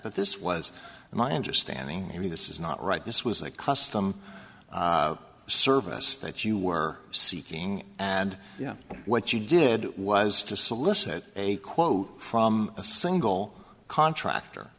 but this was my understanding i mean this is not right this was a custom service that you were seeking and you know what you did was to solicit a quote from a single contractor